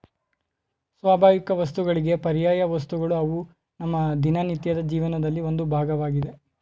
ಸ್ವಾಭಾವಿಕವಸ್ತುಗಳಿಗೆ ಪರ್ಯಾಯವಸ್ತುಗಳು ಅವು ನಮ್ಮ ದಿನನಿತ್ಯದ ಜೀವನದಲ್ಲಿ ಒಂದು ಭಾಗವಾಗಿದೆ